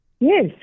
Yes